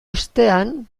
ostean